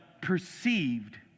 perceived